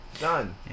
done